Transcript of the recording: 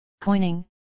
coining